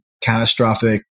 catastrophic